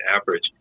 average